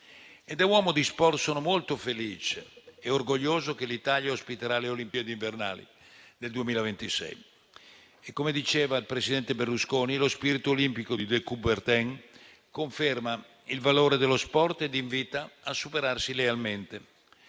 Da uomo di sport, sono molto felice e orgoglioso che l'Italia ospiterà le Olimpiadi invernali del 2026. Come diceva il presidente Berlusconi, lo spirito olimpico di De Coubertin conferma il valore dello sport ed invita a superarsi lealmente.